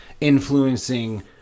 influencing